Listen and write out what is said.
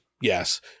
Yes